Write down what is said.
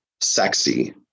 sexy